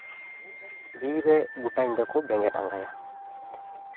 ᱵᱤᱨ ᱨᱮ ᱜᱳᱴᱟ ᱧᱤᱫᱟᱹ ᱠᱚ ᱵᱮᱸᱜᱮᱛ ᱟᱸᱜᱟᱭᱟ